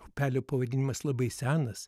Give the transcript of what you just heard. upelio pavadinimas labai senas